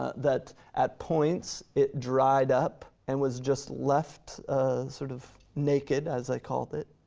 that at points, it dried up and was just left sort of naked, as i called it,